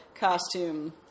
Costume